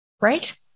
Right